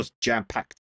jam-packed